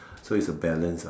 so is a balance ah